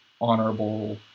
honorable